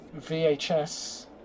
VHS